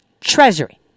treasury